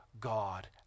God